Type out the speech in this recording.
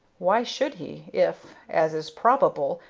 why should he, if, as is probable,